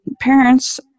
parents